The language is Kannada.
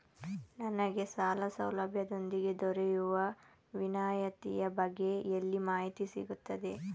ನನಗೆ ಸಾಲ ಸೌಲಭ್ಯದೊಂದಿಗೆ ದೊರೆಯುವ ವಿನಾಯತಿಯ ಬಗ್ಗೆ ಎಲ್ಲಿ ಮಾಹಿತಿ ಸಿಗುತ್ತದೆ?